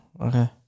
Okay